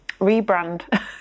rebrand